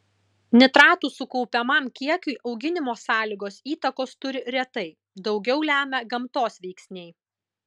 nitratų sukaupiamam kiekiui auginimo sąlygos įtakos turi retai daugiau lemia gamtos veiksniai